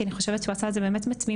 אני חושבת שהוא עשה את זה באמת בתמימות,